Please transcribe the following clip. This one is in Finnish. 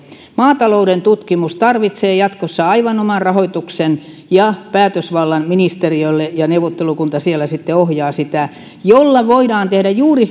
maatalouden tutkimus tarvitsee jatkossa aivan oman rahoituksen ja päätösvallan ministeriölle ja neuvottelukunta siellä sitten ohjaa sitä millä voidaan tehdä juuri